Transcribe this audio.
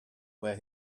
where